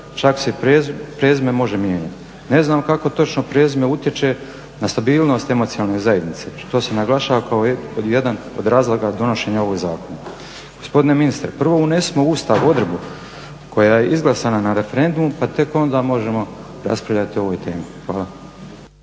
čak se prezime može mijenjati. Ne znam kako točno prezime utječe na stabilnost emocionalne zajednice što se naglašava kao jedan od razloga donošenja ovog zakona. Gospodine ministre, prvo unesimo u Ustav odredbu koja je izglasana na referendumu pa tek onda možemo raspravljati o ovoj temi. Hvala.